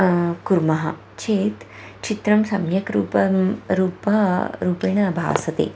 कुर्मः चेत् चित्रं सम्यक् रूपं रूप रूपेण भासते